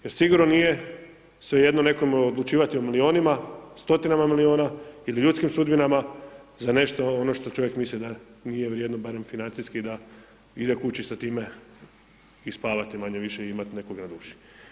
Jer sigurno nije svejedno nekome odlučivati o milijunima, stotinama milijuna ili ljudskim sudbinama za nešto ono što čovjek misli da nije vrijedno, barem financijski da ide kući sa time i spavati manje-više i imati nekog na duši.